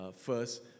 first